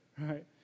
right